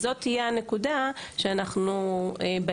זו תהיה הנקודה שאנחנו נבקש לחדד ולוודא,